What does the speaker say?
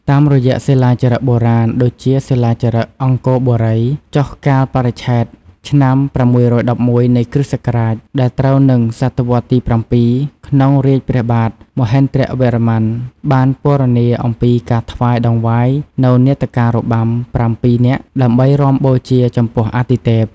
តាមរយៈសិលាចារឹកបុរាណ ដូចជាសិលាចារឹកអង្គរបុរី ចុះកាលបរិច្ឆេទឆ្នាំ ៦១១ នៃគ្រិស្តសករាជ ដែលត្រូវនឹង សតវត្សរ៍ទី ៧ ក្នុងរាជ្យព្រះបាទ មហេន្ទ្រវរ្ម័ន បានពណ៌នាអំពីការថ្វាយដង្វាយនូវនាដការរបាំ ប្រាំពីរ នាក់ ដើម្បីរាំបូជាចំពោះអាទិទេព។